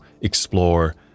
explore